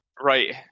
Right